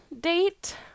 date